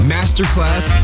Masterclass